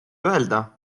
öelda